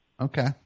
Okay